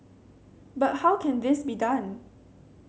but how can this be done